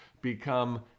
become